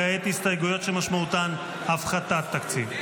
כעת הסתייגויות שמשמעותן הפחתת תקציב.